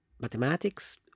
mathematics